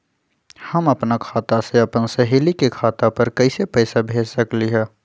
हम अपना खाता से अपन सहेली के खाता पर कइसे पैसा भेज सकली ह?